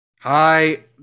Hi